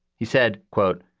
he said, quote,